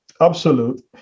absolute